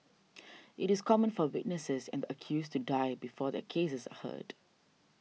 it is common for witnesses and accused to die before their cases are heard